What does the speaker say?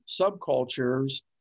subcultures